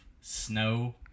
Snow